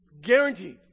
Guaranteed